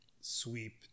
sweep